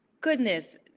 Goodness